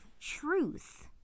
truth